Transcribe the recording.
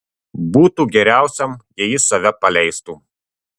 būtų geriausiam jei jis save paleistų